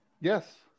yes